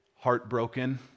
heartbroken